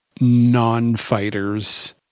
non-fighters